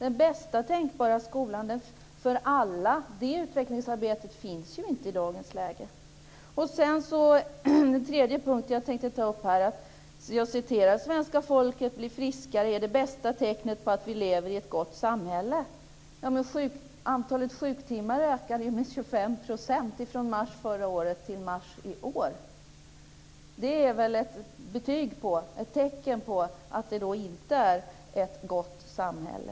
Ett utvecklingsarbete för den bästa tänkbara skolan för alla finns ju inte i dagens läge. Jag tänkte också ta upp en tredje punkt. Jan Bergqvist sade att svenska folket blir friskare och att det är det bästa tecknet på att vi lever i ett gott samhälle. Men antalet sjuktimmar ökade ju med 25 % från mars förra året till mars i år. Det är väl ett tecken på att det inte är ett gott samhälle.